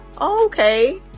okay